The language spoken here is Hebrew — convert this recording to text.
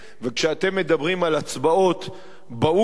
וכשאתם מדברים על הצבעות באו"ם,